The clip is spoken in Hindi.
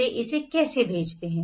वे इसे कैसे भेजते हैं